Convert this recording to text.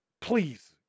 please